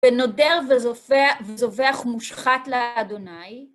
ונודר וזובח מושחת לה'.